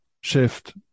shift